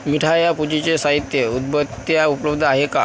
मिठाया पूजेचे साहित्य उदबत्त्या उपलब्ध आहे का